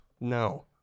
No